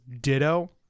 Ditto